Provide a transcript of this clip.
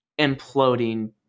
imploding